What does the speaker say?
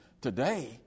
today